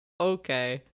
okay